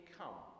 come